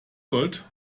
gold